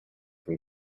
from